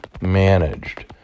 managed